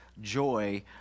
Joy